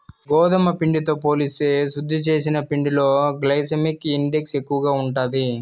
గోధుమ పిండితో పోలిస్తే శుద్ది చేసిన పిండిలో గ్లైసెమిక్ ఇండెక్స్ ఎక్కువ ఉంటాది